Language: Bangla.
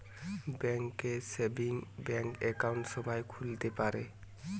ব্যাঙ্ক এ সেভিংস ব্যাঙ্ক একাউন্ট সবাই খুলতে পারে